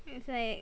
it's like